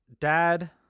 dad